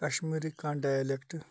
کَشمیٖری کانٛہہ ڈایلیٚکٹہٕ